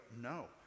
No